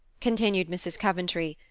continued mrs. coventry,